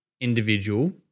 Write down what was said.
individual